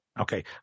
Okay